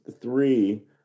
three